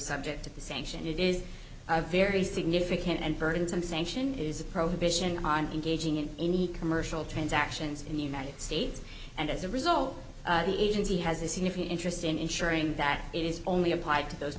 subject to the sanction it is a very significant and burdensome sanction is a probation on engaging in any commercial transactions in the united states and as a result the agency has a significant interest in ensuring that it is only applied to those